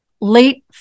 late